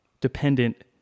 dependent